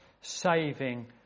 saving